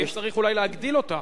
והאם צריך אולי להגדיל אותה?